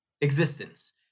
existence